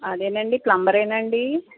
అదేనండి ప్లంబరేనా అండి